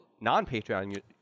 non-patreon